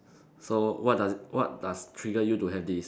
so what does what does trigger you to have this